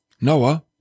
Noah